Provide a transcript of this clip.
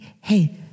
hey